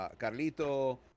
Carlito